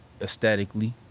aesthetically